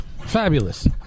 fabulous